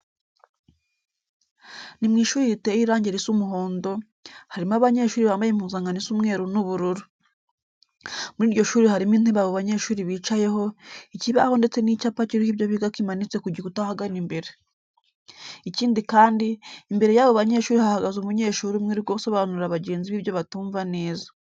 Ni mu ishuri riteye irange risa umuhondo, harimo abanyeshuri bambaye impuzankano isa umweru n'ubururu. Muri iryo shuri harimo intebe abo banyeshuri bicayeho, ikibaho ndetse n'icyapa kiriho ibyo biga kimanitse ku gikuta ahagana imbere. Ikindi kandi, Imbere y'abo banyeshuri hahagaze umunyeshuri umwe uri gusobanurira bagenzi be ibyo batumva neza.